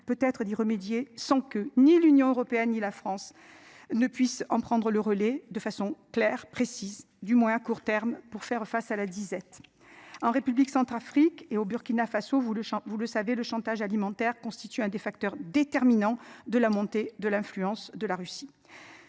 peut-être d'y remédier sans que ni l'Union européenne et la France ne puisse en prendre le relais de façon claire, précise, du moins à court terme pour faire face à la disette. En République Centrafrique et au Burkina Faso, vous le, vous le savez le chantage alimentaire constitue un des facteurs déterminants de la montée de l'influence de la Russie.